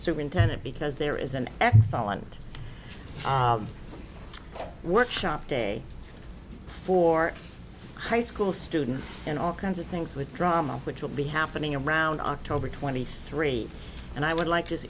superintendent because there is an excellent workshop day for high school students and all kinds of things with drama which will be happening around october twenty three and i would like